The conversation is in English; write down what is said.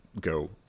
go